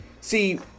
see